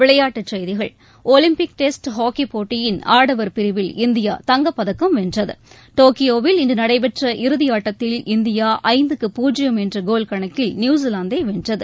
விளையாட்டுச் செய்திகள் Olympic test hockey போட்டியின் ஆடவர் பிரிவில் இந்தியா தங்கப் பதக்கம் வென்றது டோக்யோவில் இன்று நடைபெற்ற இறுதி ஆட்டத்தில் இந்தியா ஐந்துக்கு பூஜ்ஜியம் என்ற கோல் கணக்கில் நியூசிலாந்தை வென்றது